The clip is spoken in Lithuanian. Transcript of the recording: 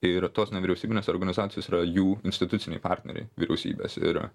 ir tos nevyriausybinės organizacijos yra jų instituciniai partneriai vyriausybės ir